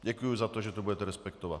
Děkuji za to, že to budete respektovat.